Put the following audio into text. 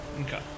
okay